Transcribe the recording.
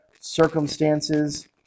circumstances